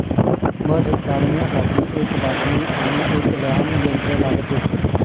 मध काढण्यासाठी एक बाटली आणि एक लहान यंत्र लागते